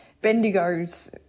Bendigo's